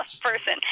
person